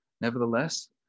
Nevertheless